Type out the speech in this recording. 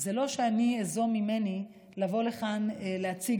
זה לא שאני איזום ממני לבוא לכאן ולהציג